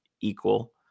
equal